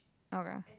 alright